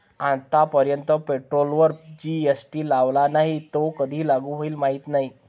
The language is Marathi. आतापर्यंत पेट्रोलवर जी.एस.टी लावला नाही, तो कधी लागू होईल माहीत नाही